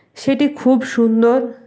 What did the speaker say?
সেটি খুব সুন্দর